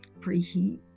preheat